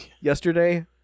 yesterday